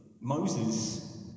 Moses